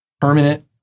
permanent